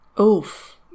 Oof